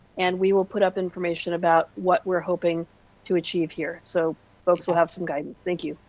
and we will put up information about what we are hoping to achieve here, so folks will have some guidance, thank you.